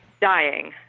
dying